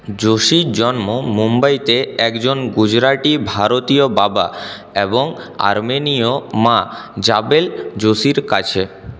জোশির জন্ম মুম্বাইতে একজন গুজরাটি ভারতীয় বাবা এবং আর্মেনিয় মা জাবেল জোশির কাছে